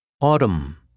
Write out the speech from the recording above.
Autumn